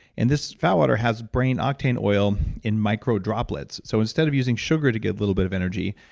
and this fatwater has brain octane oil in micro droplets, so instead of using sugar to get a little bit of energy,